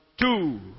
two